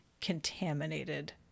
contaminated